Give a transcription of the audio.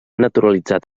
naturalitzat